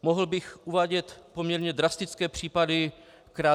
Mohl bych uvádět poměrně drastické případy krádeží.